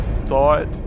thought